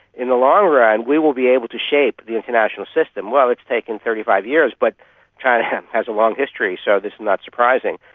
in the long run we will be able to shape the international system. well, it's taken thirty five years but china has a long history, so this is not surprising,